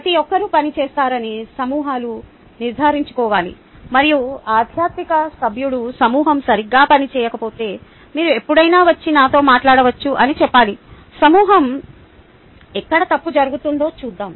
ప్రతి ఒక్కరూ పనిచేస్తారని సమూహాలు నిర్ధారించుకోవాలి మరియు అధ్యాపక సభ్యుడు సమూహం సరిగ్గా పని చేయకపోతే మీరు ఎప్పుడైనా వచ్చి నాతో మాట్లాడవచ్చు అని చెప్పాలి సమూహం ఎక్కడ తప్పు జరుగుతుందో చూద్దాం